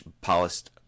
polished